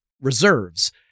reserves